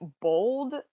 bold